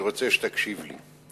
אני רוצה שתקשיב לי.